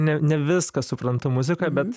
ne ne viską suprantu muzikoj bet